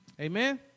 amen